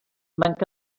manca